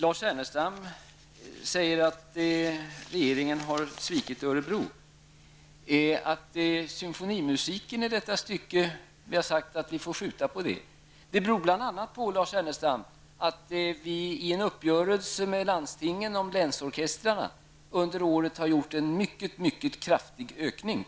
Lars Ernestam säger att regeringen har svikit Örebro. Vi har sagt att vi får skjuta på detta med symfonimusiken. Bl.a. beror det, Lars Ernestam, på att vi i en uppgörelse under året med landstingen om länsorkestrarna har åstadkommit en mycket kraftig ökning.